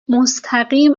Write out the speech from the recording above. مستقیم